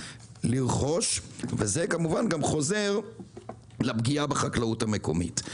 לרכוש; וזה כמובן גם חוזר לפגיעה בחקלאות המקומית.